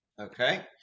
Okay